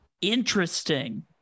Interesting